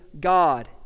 God